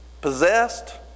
Possessed